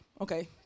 Okay